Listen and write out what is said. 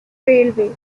railway